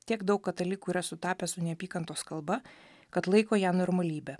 tiek daug katalikų yra sutapę su neapykantos kalba kad laiko ją normalybe